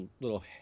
little